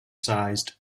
sized